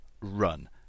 run